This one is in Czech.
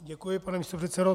Děkuji, pane místopředsedo.